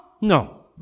No